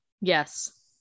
Yes